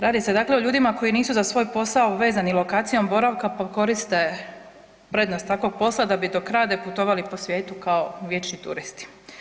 Radi se dakle o ljudima koji nisu za svoj posao vezani lokacijom boravka, pa koriste prednost takvog posla da bi dok rade putovali po svijetu kao vječni turisti.